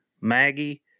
Maggie